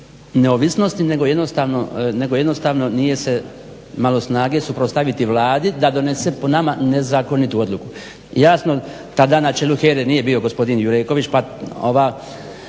nego jednostavno nije se malo snage suprotstaviti Vladi da donese po nama nezakonitu odluku. Jasno tada na čelu HERA-e nije bio gospodin Jureković pa ova